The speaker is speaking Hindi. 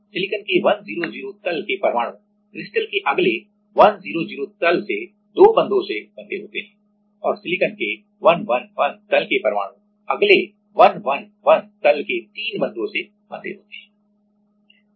सिलिकॉन के 100 तल के परमाणु क्रिस्टल के अगले 100 तल से 2 बंधों से बंधे होते हैं और सिलिकॉन के 111 तल के परमाणु अगले 111 तल के 3 बंधों से बंधे होते हैं